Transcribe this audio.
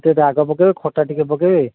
ଟିକେ ରାଗ ପକାଇବେ ଖଟା ଟିକେ ପକାଇବେ